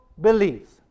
beliefs